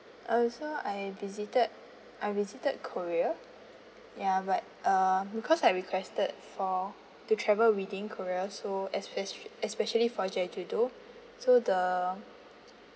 oh so I visited I visited korea ya but uh because I requested for to travel within korea so espec~ especially for jeju do so the